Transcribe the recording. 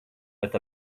with